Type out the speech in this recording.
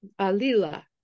Alila